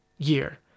year